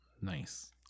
Nice